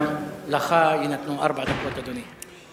גם לך ייתנו ארבע דקות, אדוני.